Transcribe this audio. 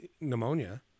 Pneumonia